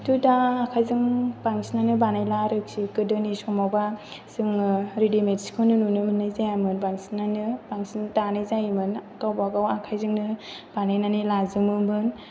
किन्थु दा आखाइजों बांसिनानो बानायला आरोखि गोदोनि समावबा जोङो रेडिमेड सिखौनो नुनो मोननाय जायामोन बांसिनानो बांसिन दानाय जायोमोन गावबागाव आखाइजोंनो बानायनानै लाजोबोमोन